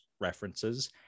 references